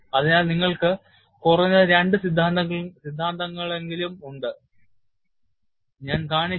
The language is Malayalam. അതിനാൽ നിങ്ങൾക്ക് കുറഞ്ഞത് രണ്ട് സിദ്ധാന്തങ്ങളെങ്കിലും ഉണ്ട് ഞാൻ കാണിച്ചു